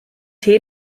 tee